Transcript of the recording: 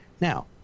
Now